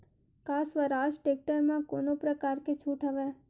का स्वराज टेक्टर म कोनो प्रकार के छूट हवय?